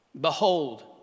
behold